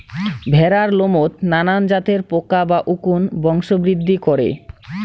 ভ্যাড়ার লোমত নানান জাতের পোকা বা উকুন বংশবৃদ্ধি করে